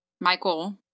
Michael